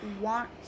want